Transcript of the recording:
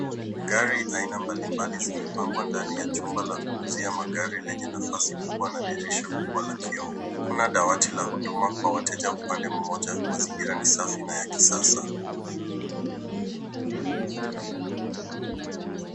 Gari aina mbalimbali zimepangwa ndani jumba la kuuzia magari lenye nafasi kubwa na dirisha kubwa la kioo. Kuna dawati la huduma kwa wateja upande mmoja. Mazingira ni safi na ya kisasa.